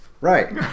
Right